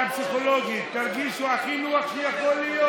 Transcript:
פסיכולוגית תרגישו הכי נוח שיכול להיות.